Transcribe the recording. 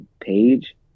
page